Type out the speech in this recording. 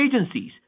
agencies